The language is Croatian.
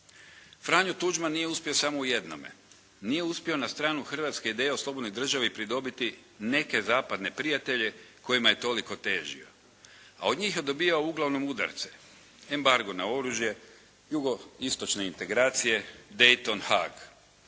Franjo Tuđman nije uspio samo u jednome, nije uspio na stranu hrvatske ideje o slobodnoj državi pridobiti neke zapadne prijatelje kojima je toliko težio, a od njih je dobivao uglavnom udarce, embargo na oružje, jugoistočne integracije, Dayton, Haag.